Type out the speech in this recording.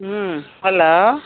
hello